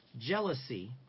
Jealousy